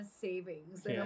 savings